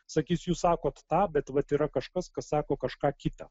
sakys jūs sakot tą bet vat yra kažkas kas sako kažką kita